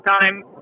time